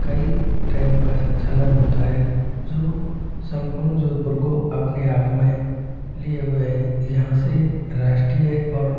कई ट्रेनों का संचालन होता है जो संपूर्ण जोधपुर को अपने आप में लिए हुए है यहाँ से राष्ट्रीय और